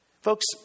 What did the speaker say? Folks